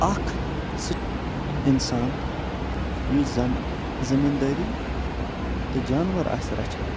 اَکھ سُہ اِنسان یُس زَنہٕ زٔمیٖندٲری تہٕ جانوَر آسہِ رچھان